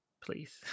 please